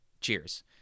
cheers